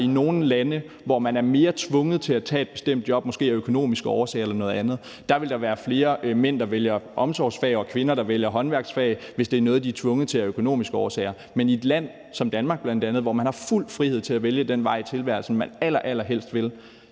i nogle lande, hvor man er mere tvunget til at tage et bestemt job, måske af økonomiske årsager eller noget andet, vil der være flere mænd, der vælger omsorgsfag, og kvinder, der vælger håndværksfag, altså hvis det er noget, de er tvunget til af økonomiske årsager. Men i et land som bl.a. Danmark, hvor man har fuld frihed til at vælge den vej i tilværelsen, man allerallerhelst vil,